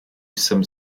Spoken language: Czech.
jsem